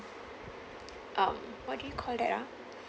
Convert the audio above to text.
um what do you call that ah